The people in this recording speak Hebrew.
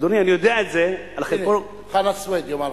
אדוני, אני יודע את זה, חנא סוייד יאמר לך.